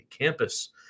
campus